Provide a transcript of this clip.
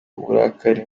uburakari